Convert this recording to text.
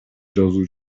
жазуу